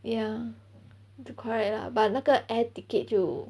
ya correct lah but 那个 air ticket 就